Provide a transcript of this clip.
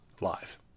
live